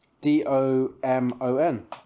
D-O-M-O-N